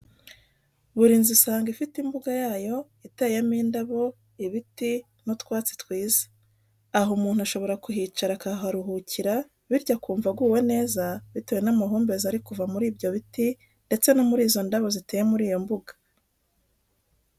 Buri nzu usanga ifite imbuga yayo iteyemo indabo ,ibiti n'utwatsi twiza. Aho umuntu ashobora kuhicara akaharuhukira bityo akumva aguwe neza bitewe n'amahumbezi aba ari kuva muri ibyo biti ndetse no muri izo ndabo ziteye muri iyo mbuga.